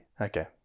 Okay